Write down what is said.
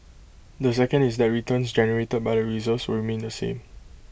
the second is that returns generated by the reserves will remain the same